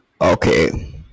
Okay